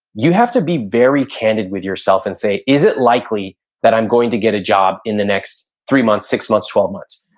you have to be very candid with yourself and say, is it likely that i'm going to get a job in the next three months, six months, twelve months?